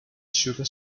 sugar